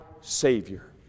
Savior